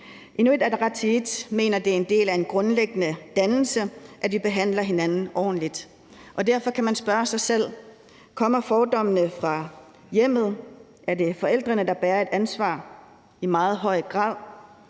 Inuit Ataqatigiit mener, at det er en del af en grundlæggende dannelse, at vi behandler hinanden ordentligt, og derfor kan man spørge sig selv: Kommer fordommene fra hjemmet? Er det forældrene, der bærer et ansvar i meget høj grad?